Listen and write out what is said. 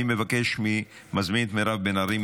ואני מזמין את מירב בן ארי,